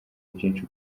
byinshi